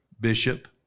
bishop